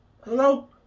Hello